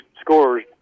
scores